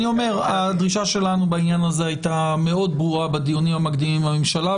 הדרישה שלנו בעניין הזה הייתה מאוד ברורה בדיונים המקדימים עם הממשלה,